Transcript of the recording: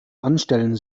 anstellen